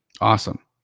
Awesome